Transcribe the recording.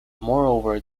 moreover